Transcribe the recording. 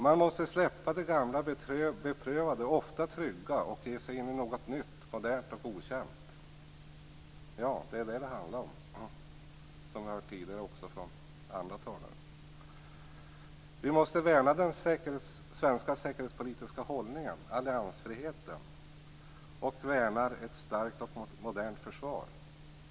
Man måste släppa det gamla beprövade, ofta trygga, och ge sig in i något nytt, modernt och okänt. - Ja, det är detta det handlar om, såsom vi också har hört tidigare från andra talare. - Vi värnar den svenska säkerhetspolitiska hållningen - alliansfriheten - och värnar ett starkt och modernt försvar.